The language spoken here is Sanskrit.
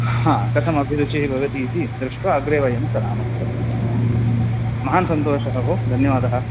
कथमभिरुचिः भवति इति दृष्ट्वा अग्रे वयं सरामः महान् सन्तोषः भोः धन्यवादः